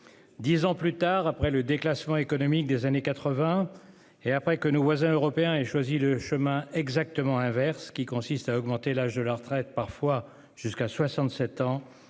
10 ans plus tard après le déclassement économique des années 80. Et après que nos voisins européens et choisit le chemin exactement inverse qui consiste à augmenter l'âge de la retraite, parfois jusqu'à 67 ans.